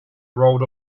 rolled